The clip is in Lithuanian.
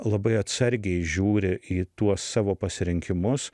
labai atsargiai žiūri į tuos savo pasirinkimus